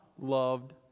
loved